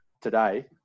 today